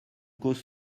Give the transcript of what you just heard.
causes